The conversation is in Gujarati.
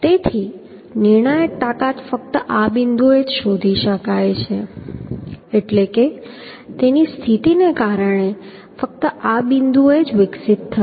તેથી નિર્ણાયક તાકાત ફક્ત આ બિંદુએ જ શોધી શકાય છે એટલે કે તેની સ્થિતિને કારણે ફક્ત આ બિંદુએ જ વિકસિત થશે